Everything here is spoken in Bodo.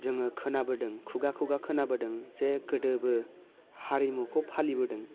जोङो खोनाबोदों खुगा खुगा खोनाबोदों जे गोदोबो हारिमुखौ फालिबोदों